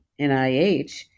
NIH